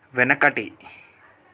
వెనకటి